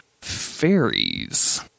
fairies